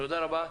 תודה רבה.